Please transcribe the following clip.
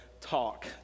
talk